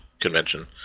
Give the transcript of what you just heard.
convention